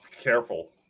Careful